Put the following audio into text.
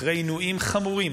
אחרי עינויים חמורים,